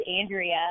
Andrea